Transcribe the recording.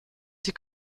die